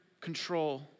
control